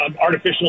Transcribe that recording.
artificial